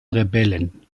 rebellen